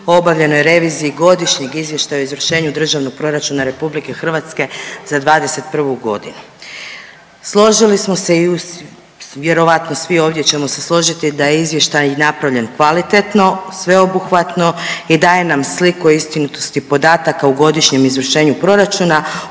obavljenoj reviziji Godišnjeg izvještaja o izvršenju Državnog proračuna RH za '21. godinu. Složili smo i vjerojatno svi ovdje ćemo se složiti da je izvještaj napravljen kvalitetno, sveobuhvatno i daje nam sliku o istinitosti podataka u godišnjem izvršenju proračuna,